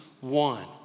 one